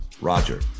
Roger